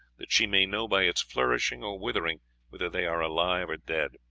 that she may know by its flourishing or withering whether they are alive or dead.